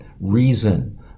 reason